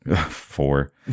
Four